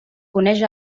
coneix